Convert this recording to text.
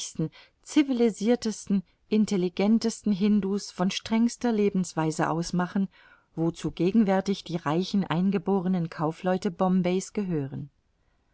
civilisirtesten intelligentesten hindus von strengster lebensweise ausmachen wozu gegenwärtig die reichen eingeborenen kaufleute bombays gehören